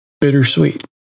bittersweet